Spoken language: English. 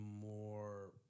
more